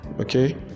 Okay